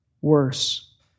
worse